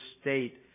state